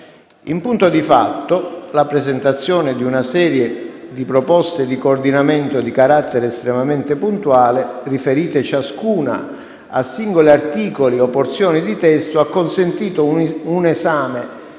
In punto di fatto, la presentazione di una serie di proposte di coordinamento di carattere estremamente puntuale, riferite ciascuna a singoli articoli o porzioni di testo, ha consentito un esame